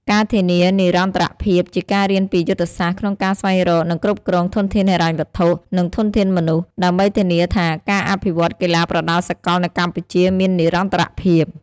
ការធានានិរន្តរភាពជាការ រៀនពីយុទ្ធសាស្ត្រក្នុងការស្វែងរក និងគ្រប់គ្រងធនធានហិរញ្ញវត្ថុ និងធនធានមនុស្ស ដើម្បីធានាថាការអភិវឌ្ឍន៍កីឡាប្រដាល់សកលនៅកម្ពុជាមាននិរន្តរភាព។